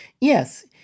Yes